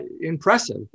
impressive